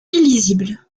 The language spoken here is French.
illisible